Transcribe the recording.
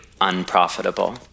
unprofitable